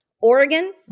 Oregon